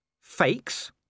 Fakes